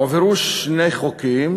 הועברו שני חוקים